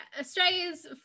Australia's